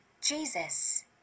Jesus